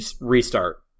restart